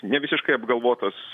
nevisiškai apgalvotas